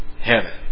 heaven